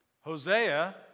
Hosea